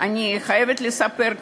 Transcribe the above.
איזה חינוך משובח יוצא מכתלינו.